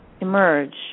emerge